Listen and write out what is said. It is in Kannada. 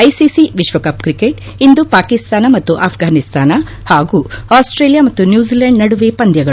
ಐಸಿಸಿ ವಿಶ್ವಕಪ್ ಕ್ರಿಕೆಟ್ ಇಂದು ಪಾಕಿಸ್ತಾನ ಮತ್ತು ಆಫ್ರಾನಿಸ್ತಾನ ಹಾಗೂ ಆಸ್ಸೇಲಿಯಾ ಮತ್ತು ನ್ಲೂಜಿಲ್ಲಾಂಡ್ ನಡುವೆ ಪಂದ್ಯಗಳು